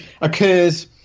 occurs